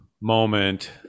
moment